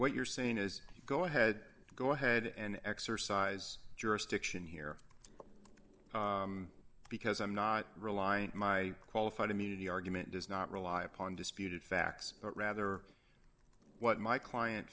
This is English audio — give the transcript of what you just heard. what you're saying is go ahead go ahead and exercise jurisdiction here because i'm not reliant my qualified immunity argument does not rely upon disputed facts but rather what my client